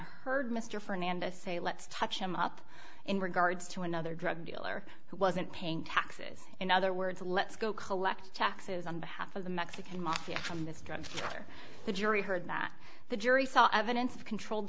heard missed fernanda say let's touch him up in regards to another drug dealer who wasn't paying taxes in other words let's go collect taxes on behalf of the mexican mafia from this guy to the jury heard that the jury saw evidence of controlled